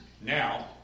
now